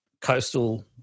coastal